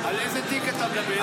על איזה תיק אתה מדבר?